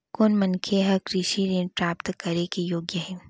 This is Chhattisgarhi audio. कोन मनखे ह कृषि ऋण प्राप्त करे के योग्य हे?